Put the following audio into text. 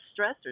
stressors